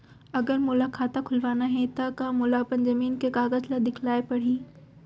अगर मोला खाता खुलवाना हे त का मोला अपन जमीन के कागज ला दिखएल पढही?